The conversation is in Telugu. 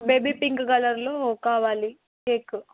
బేబీ పింక్ కలర్లో కావాలి కేక్